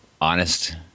honest